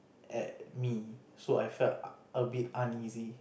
at me so I felt a bit uneasy